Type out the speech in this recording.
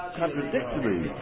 contradictory